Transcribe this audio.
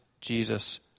Jesus